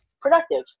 productive